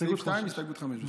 סעיף 2, הסתייגויות (5) ו-(6).